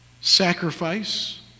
sacrifice